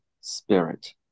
spirit